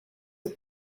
the